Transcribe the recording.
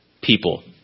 people